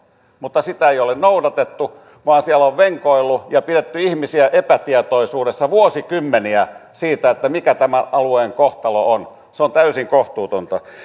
mutta sitä ei ole noudatettu vaan siellä on venkoiltu ja pidetty ihmisiä epätietoisuudessa vuosikymmeniä siitä mikä tämän alueen kohtalo on se on täysin kohtuutonta